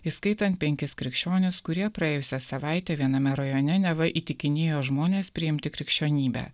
įskaitant penkis krikščionis kurie praėjusią savaitę viename rajone neva įtikinėjo žmones priimti krikščionybę